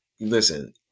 listen